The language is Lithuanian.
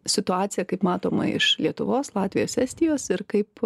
situaciją kaip matoma iš lietuvos latvijos estijos ir kaip